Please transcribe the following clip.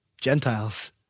Gentiles